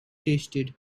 tasted